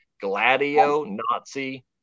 gladio-Nazi